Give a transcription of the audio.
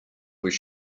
was